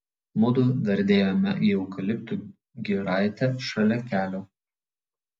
mudu dardėjome į eukaliptų giraitę šalia kelio